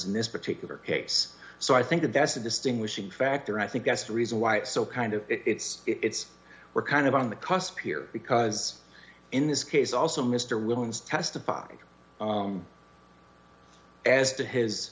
in this particular case so i think that that's a distinguishing factor i think that's reason why it's so kind of it's it's we're kind of on the cusp here because in this case also mr williams testified as to his